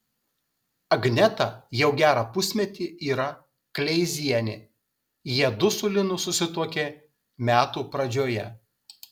agneta jau gerą pusmetį yra kleizienė jiedu su linu susituokė metų pradžioje